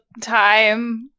time